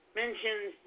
mentions